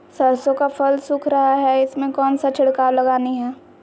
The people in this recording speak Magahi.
सरसो का फल सुख रहा है उसमें कौन सा छिड़काव लगानी है?